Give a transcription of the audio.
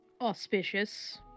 Auspicious